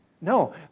No